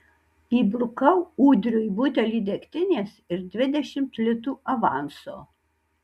įbrukau ūdriui butelį degtinės ir dvidešimt litų avanso